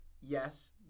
yes